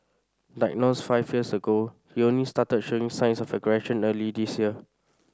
diagnosed five years ago he only started showing signs of aggression early this year